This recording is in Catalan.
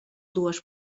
dues